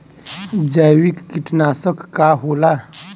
जैविक कीटनाशक का होला?